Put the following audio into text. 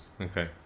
okay